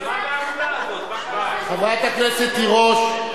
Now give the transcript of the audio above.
חברת הכנסת תירוש,